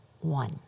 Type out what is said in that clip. one